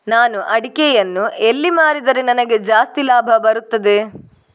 ನಾನು ಅಡಿಕೆಯನ್ನು ಎಲ್ಲಿ ಮಾರಿದರೆ ನನಗೆ ಜಾಸ್ತಿ ಲಾಭ ಬರುತ್ತದೆ?